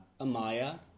Amaya